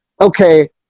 Okay